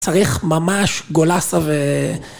צריך ממש גולסה ו...